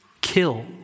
Kill